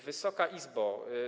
Wysoka Izbo!